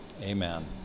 Amen